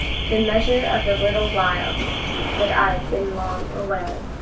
the measure of the little while that i've been long away.